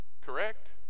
correct